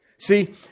See